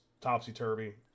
topsy-turvy